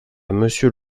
monsieur